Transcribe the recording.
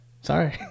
Sorry